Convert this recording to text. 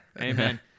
Amen